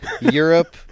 Europe